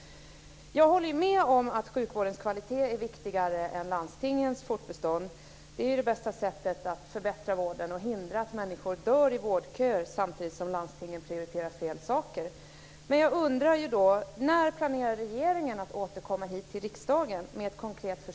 Jag håller med om att sjukvårdens kvalitet är viktigare än landstingens fortbestånd. Det handlar om att förbättra vården och hindra att människor dör i vårdköer samtidigt som landstingen prioriterar fel saker.